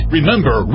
Remember